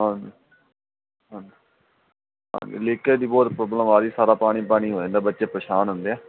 ਹਾਂਜੀ ਹਾਂਜੀ ਹਾਂਜੀ ਲੀਕੇਜ ਦੀ ਬਹੁਤ ਪ੍ਰੋਬਲਮ ਆ ਰਹੀ ਸਾਰਾ ਪਾਣੀ ਪਾਣੀ ਹੋ ਜਾਂਦਾ ਬੱਚੇ ਬਹੁਤ ਪ੍ਰੇਸ਼ਾਨ ਹੁੰਦੇ ਐ